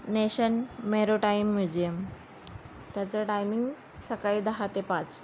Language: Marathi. नेशन मेरोटाईम म्युझियम त्याचं टायमिंग सकाळी दहा ते पाच